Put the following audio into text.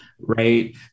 right